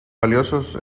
valiosos